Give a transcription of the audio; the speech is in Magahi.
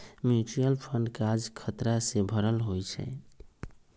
म्यूच्यूअल फंड काज़ खतरा से भरल होइ छइ